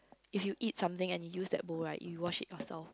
if you eat something and you use that bowl right you wash it yourself